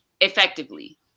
effectively